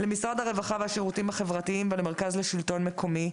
למשרד הרווחה והשירותים החברתיים ולמרכז לשלטון מקומי,